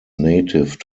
native